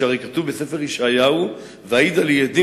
שהרי כתוב בספר ישעיהו "ואעידה לי עדים